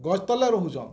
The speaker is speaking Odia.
ଗଛ ତଲେ ରହୁଛ